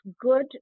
good